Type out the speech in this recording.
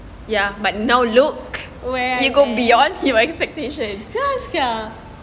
ya but now look you go beyond your expectation